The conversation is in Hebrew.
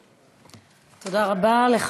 תודה רבה, גברתי היושבת-ראש.